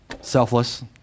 Selfless